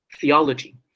theology